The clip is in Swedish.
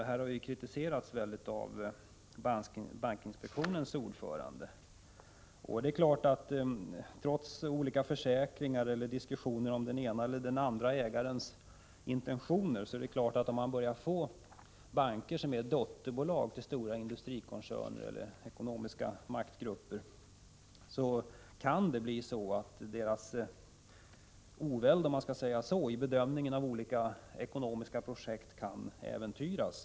Detta har starkt kritiserats av bankinspektionens ordförande. Trots olika diskussioner och försäkringar om den ena eller den andra ägarens intentioner är det klart, om man får banker som är dotterbolag till stora industrikoncerner eller ekonomiska maktgrupper, att bankernas oväld vid bedömningen av olika ekonomiska projekt kan äventyras.